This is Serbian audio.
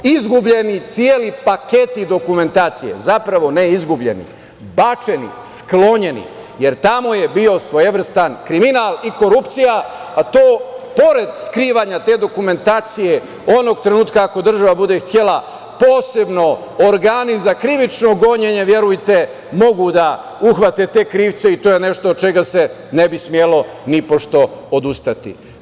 Izgubljeni celi paketi dokumentacije, zapravo ne izgubljeni, bačeni, sklonjeni, jer tamo je bio svojevrstan kriminal i korupcija, a to pored skrivanja te dokumentacije, onog trenutka ako država bude htela posebno organi za krivično gonjenje, verujte, mogu da uhvate te krivce i to je nešto od čega se ne bi smelo nipošto odustati.